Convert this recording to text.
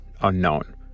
unknown